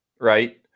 right